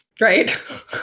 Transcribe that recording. right